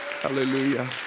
Hallelujah